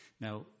Now